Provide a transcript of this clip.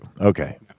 Okay